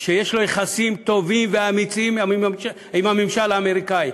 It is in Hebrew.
שיש לו יחסים טובים ואמיצים עם הממשל האמריקני,